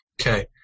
Okay